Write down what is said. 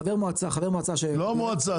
חבר מועצה --- לא מועצה,